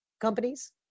companies